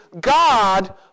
God